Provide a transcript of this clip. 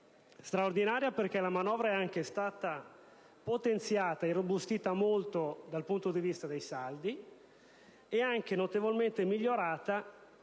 Straordinaria, anche perché la manovra è stata potenziata e irrobustita molto dal punto di vista dei saldi e notevolmente migliorata